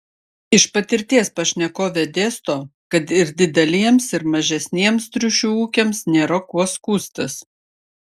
iš patirties pašnekovė dėsto kad ir dideliems ir mažesniems triušių ūkiams nėra kuo skųstis